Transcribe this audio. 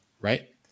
Right